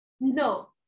No